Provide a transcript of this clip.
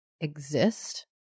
exist